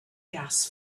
gas